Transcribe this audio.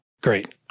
Great